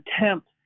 attempt